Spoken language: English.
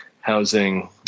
housing